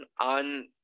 on